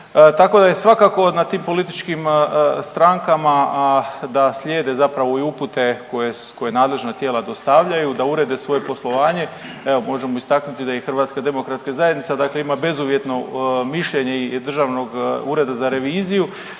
Tako da je svakako na tim političkim strankama a da slijede zapravo i upute koje, koje nadležna tijela dostavljaju da urede svoje poslovanje. Evo možemo istaknuti da i HDZ dakle ima bezuvjetno mišljenje i Državnog ureda za reviziju,